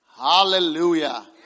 Hallelujah